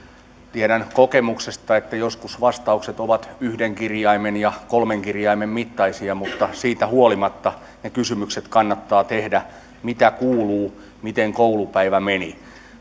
tiedän kokemuksesta että joskus vastaukset ovat yhden kirjaimen ja kolmen kirjaimen mittaisia mutta siitä huolimatta ne kysymykset kannattaa tehdä mitä kuuluu miten koulupäivä meni